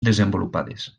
desenvolupades